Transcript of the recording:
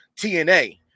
TNA